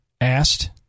asked